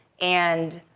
and